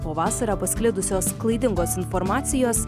po vasarą pasklidusios klaidingos informacijos